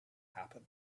happen